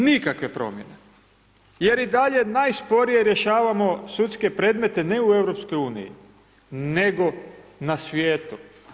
Nikakve promjene jer i dalje najsporije rješavamo sudske predmete ne u EU nego na svijetu.